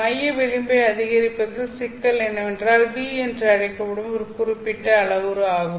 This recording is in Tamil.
மைய விளிம்பை அதிகரிப்பதில் சிக்கல் என்னவென்றால் V என்று அழைக்கப்படும் ஒரு குறிப்பிட்ட அளவுரு ஆகும்